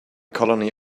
colony